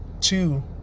two